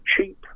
cheap